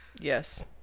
Yes